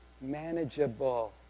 manageable